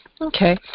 Okay